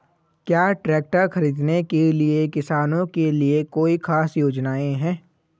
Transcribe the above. क्या ट्रैक्टर खरीदने के लिए किसानों के लिए कोई ख़ास योजनाएं हैं?